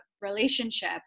relationship